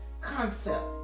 concept